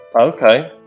Okay